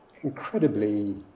incredibly